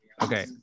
Okay